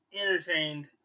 Entertained